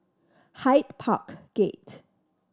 Hyde Park Gate